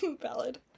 Ballad